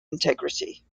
integrity